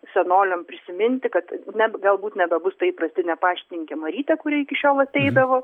senoliam prisiminti kad net galbūt nebebus tai įprastinė paštininkė marytė kuri iki šiol ateidavo